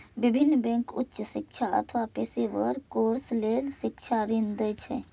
विभिन्न बैंक उच्च शिक्षा अथवा पेशेवर कोर्स लेल शिक्षा ऋण दै छै